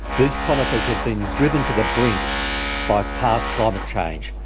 these conifers have been driven to the brink by past climate change,